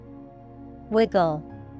Wiggle